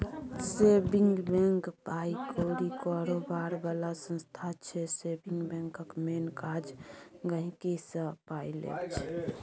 saving bank पाइ कौरी कारोबार बला संस्था छै सेबिंग बैंकक मेन काज गांहिकीसँ पाइ लेब छै